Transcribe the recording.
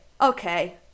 Okay